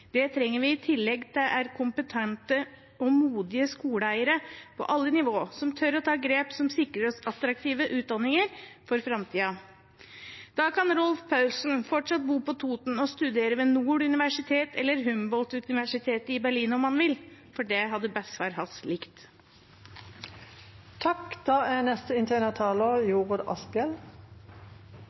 Det vi trenger i tillegg, er kompetente og modige skoleeiere på alle nivåer som tør ta grep som sikrer oss attraktive utdanninger for framtiden. Da kan Rolf Paulsen fortsatt bo på Toten og studere ved Nord universitet eller ved Humboldt-universitetet i Berlin, om han vil. Det hadde